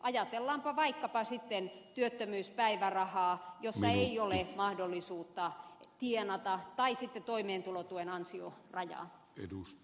ajatellaanpa vaikkapa sitten työttömyyspäivärahaa jossa ei ole mahdollisuutta tienata tai sitten toimeentulotuen ansiorajaa